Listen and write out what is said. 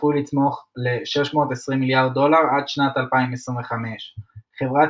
צפוי לצמוח ל-620 מיליארד דולר עד שנת 2025. חברת